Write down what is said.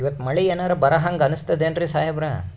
ಇವತ್ತ ಮಳಿ ಎನರೆ ಬರಹಂಗ ಅನಿಸ್ತದೆನ್ರಿ ಸಾಹೇಬರ?